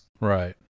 Right